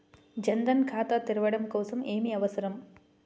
జన్ ధన్ ఖాతా తెరవడం కోసం ఏమి అవసరం?